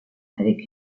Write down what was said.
avec